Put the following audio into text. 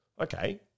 Okay